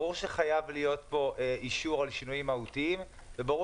ברור שחייב להיות אישור על שינויים מהותיים וברור